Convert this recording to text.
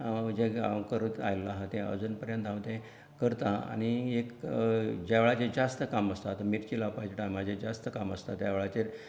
हांव जे करत आयल्लो आहां तें अजून पर्यंत हांव तें करता आनी एक ज्यावेळार जे ज्यास्त काम आसता मिर्ची लावपाचे टायमाचेर जास्त काम आसता त्या वेळाचेर